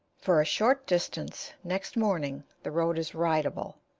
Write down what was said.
for a short distance, next morning, the road is ridable,